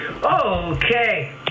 Okay